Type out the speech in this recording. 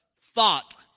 thought